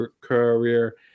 career